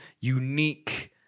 unique